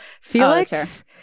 Felix